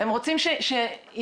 ניפגש במועצה הארצית,